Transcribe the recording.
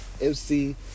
MC